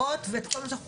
מגיעה